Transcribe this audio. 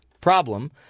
Problem